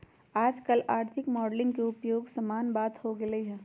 याजकाल आर्थिक मॉडलिंग के उपयोग सामान्य बात हो गेल हइ